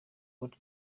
côte